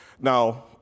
Now